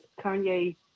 Kanye